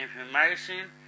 information